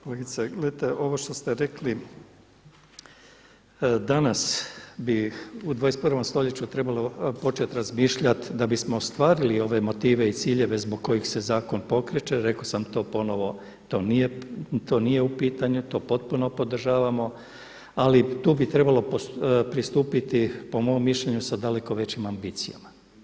Kolegice, gledajte, ovo što ste rekli, danas bi u 21. stoljeću trebalo početi razmišljati da bismo ostvarili ove motive i ciljeve zbog kojih se zakon pokreće, rekao sam ponovno, to nije u pitanju, to potpuno podržavamo ali tu bi trebalo pristupiti, po mom mišljenju, sa daleko većim ambicijama.